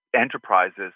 enterprises